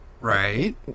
right